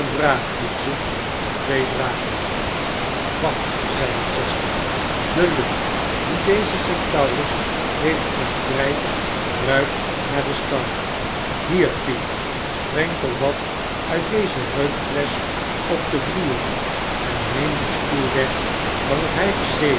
een draagkoetsje met twee dragers sba zeide chester de lucht die deze centaurus heeft verspreid ruikt naar den stal hier peak sprenkel wat uit deze reukfieschop den vloer en neem dien stoel weg waarop hij gezeten